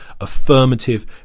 affirmative